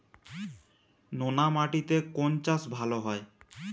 নোনা মাটিতে কোন চাষ ভালো হয়?